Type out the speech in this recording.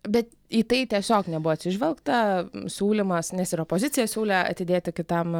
bet į tai tiesiog nebuvo atsižvelgta siūlymas nes ir opozicija siūlė atidėti kitam